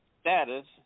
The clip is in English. status